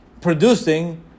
producing